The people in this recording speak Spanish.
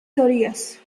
teorías